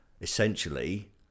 essentially